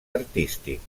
artístics